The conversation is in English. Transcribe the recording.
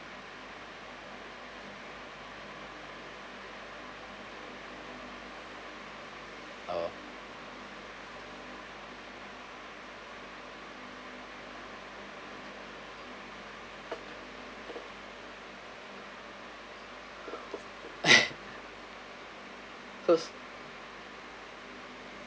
orh so